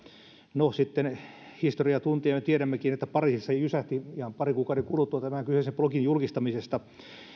no sitten historiaa tuntien me tiedämmekin että pariisissa jysähti ihan parin kuukauden kuluttua tämän kyseisen blogin julkistamisesta